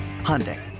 Hyundai